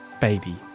baby